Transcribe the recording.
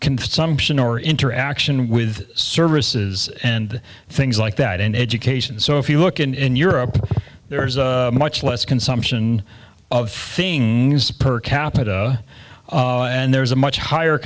consumption or interaction with services and things like that in education so if you look in europe there's much less consumption of thing per capita and there's a much higher